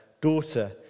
Daughter